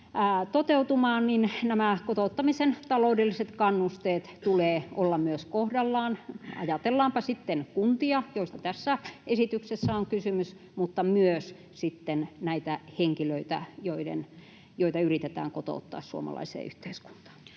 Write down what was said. toteutumaan, niin nämä kotouttamisen taloudelliset kannusteet tulee olla myös kohdallaan. Ajatellaanpa sitten kuntia, joista tässä esityksessä on kysymys, mutta myös sitten näitä henkilöitä, joita yritetään kotouttaa suomalaiseen yhteiskuntaan.